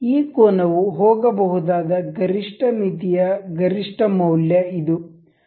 ಈ ಕೋನವು ಹೋಗಬಹುದಾದ ಗರಿಷ್ಠ ಮಿತಿಯ ಗರಿಷ್ಠ ಮೌಲ್ಯ ಇದು